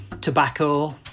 tobacco